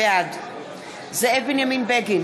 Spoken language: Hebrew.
בעד זאב בנימין בגין,